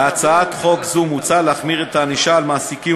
בהצעת חוק זו מוצע להחמיר את הענישה על מעסיקים